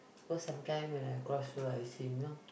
because sometime when I cross road I see you know